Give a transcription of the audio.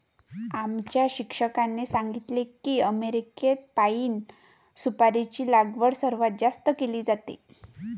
आमच्या शिक्षकांनी सांगितले की अमेरिकेत पाइन सुपारीची लागवड सर्वात जास्त केली जाते